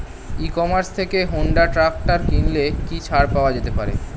ই commerce থেকে Honda tractor কিনলে কি ছাড় পাওয়া যেতে পারে?